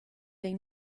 they